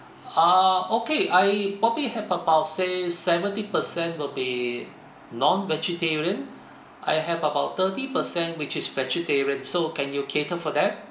ah okay I probably have about say seventy percent will be non vegetarian I have about thirty percent which is vegetarian so can you cater for that